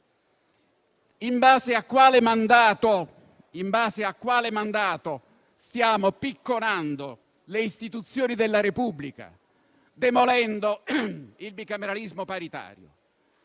In base a quale mandato stiamo picconando le istituzioni della Repubblica, demolendo il bicameralismo paritario?